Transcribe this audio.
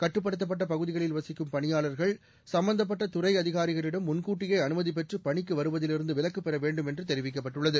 கட்டுப்படுத்தப்பட்ட வசிக்கும் பணியாளர்கள் பகுதிகளில் சம்மந்தப்பட்ட துறை அதிகாரிகளிடம் முன்கூட்டியே அனுமதி பெற்று பணிக்கு வருவதிலிருந்து விலக்குப் வேண்டும் என்று பெற தெரிவிக்கப்பட்டுள்ளது